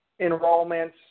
enrollments